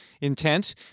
intent